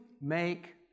make